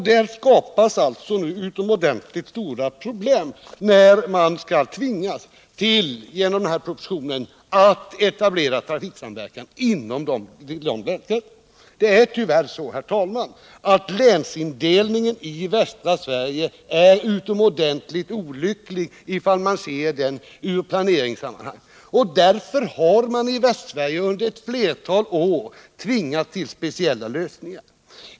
Där skapas nu utomordentligt stora problem när man genom den här propositionen tvingas etablera trafiksamverkan inom länsgränserna. Det är tyvärr så, herr talman, att länsindelningen i västra Sverige är mycket olycklig om man ser den ur planeringssynvinkel. Därför har vi i Västsverige under ett flertal år tvingats till speciallösningar.